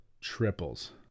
triples